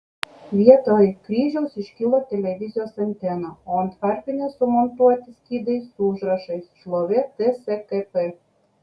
vietoj kryžiaus iškilo televizijos antena o ant varpinės sumontuoti skydai su užrašais šlovė tskp